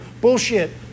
Bullshit